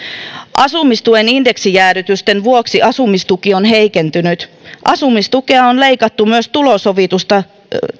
asumistuen indeksijäädytysten vuoksi asumistuki on heikentynyt asumistukea on leikattu myös tulosovitusta